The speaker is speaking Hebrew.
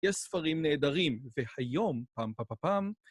יש ספרים נהדרים, והיום, פם פם פם פם...